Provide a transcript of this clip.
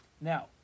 Now